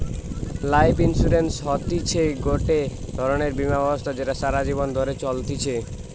life insurance হতিছে গটে ধরণের বীমা ব্যবস্থা যেটা সারা জীবন ধরে চলতিছে